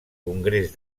congrés